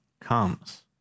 comes